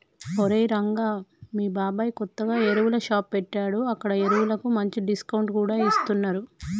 ఒరేయ్ రంగా మీ బాబాయ్ కొత్తగా ఎరువుల షాప్ పెట్టాడు అక్కడ ఎరువులకు మంచి డిస్కౌంట్ కూడా ఇస్తున్నరు